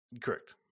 correct